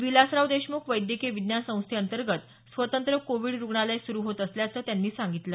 विलासराव देशमुख वैद्यकीय विज्ञान संस्थेअंतर्गत स्वतंत्र कोविड रुग्णालय सुरू होत असल्याचं त्यांनी सांगितलं